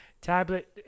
tablet